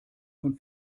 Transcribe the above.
von